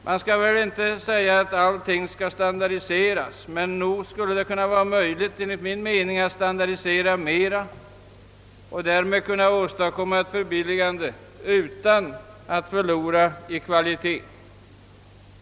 Man bör väl inte kräva att allting skall standardiseras, men nog skulle det enligt min mening vara möjligt att standardisera mera och därmed åstadkomma ett förbilligande utan att förlora i kvalitet.